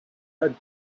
had